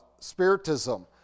spiritism